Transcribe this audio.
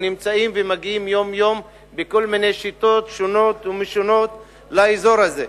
שנמצאים ומגיעים יום-יום בכל מיני שיטות שונות ומשונות לאזור הזה.